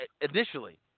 initially